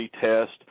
test